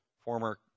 former